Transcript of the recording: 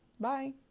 Bye